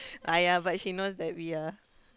!aiyah! but she knows that we are